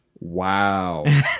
wow